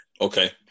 Okay